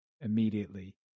immediately